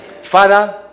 Father